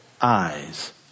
eyes